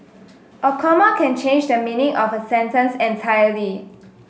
a comma can change the meaning of a sentence entirely